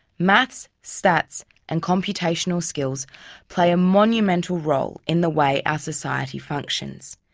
maths, stats and computational skills play a monumental role in the way our society functions.